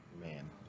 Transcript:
Man